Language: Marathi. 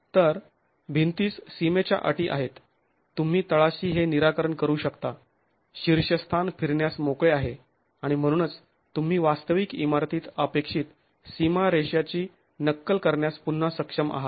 तर भिंतीस सीमेच्या अटी आहेत तुम्ही तळाशी हे निराकरण करू शकता शीर्षस्थान फिरण्यास मोकळे आहे आणि म्हणूनच तुम्ही वास्तविक इमारतीत अपेक्षित सीमारेषाची नक्कल करण्यास पुन्हा सक्षम आहात